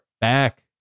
back